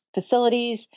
facilities